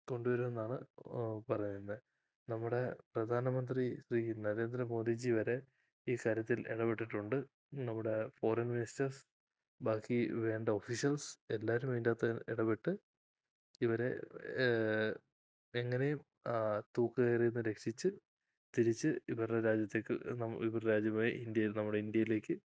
കൊണ്ടുവരുമെന്നാണ് പറയുന്നത് നമ്മുടെ പ്രധാനമന്ത്രി ശ്രീ നരേന്ദ്രമോഡിജി വരെ ഈ കാര്യത്തിൽ ഇടപെട്ടിട്ടുണ്ട് നമ്മുടെ ഫോറിൻ മിനിസ്റ്റേഴ്സ് ബാക്കി വേണ്ട ഒഫീഷ്യൽസ് എല്ലാവരും അതിൻ്റെ അകത്ത് എടപെട്ട് ഇവരെ എങ്ങനേയും തൂക്കുകയറിൽനിന്ന് രക്ഷിച്ച് തിരിച്ച് ഇവരുടെ രാജ്യത്തേക്ക് ഇവരുടെ രാജ്യമായ ഇന്ത്യയിൽ നമ്മുടെ ഇന്ത്യയിലേക്ക്